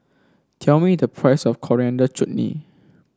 tell me the price of Coriander Chutney